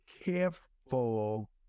careful